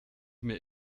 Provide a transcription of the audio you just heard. mir